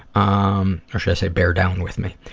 um ah should say bare down with me.